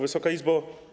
Wysoka Izbo!